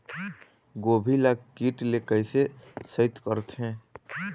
गोभी ल कीट ले कैसे सइत करथे?